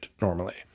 normally